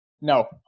No